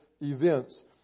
events